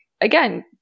again